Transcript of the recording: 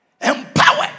Empower